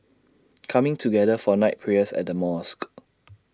coming together for night prayers at the mosque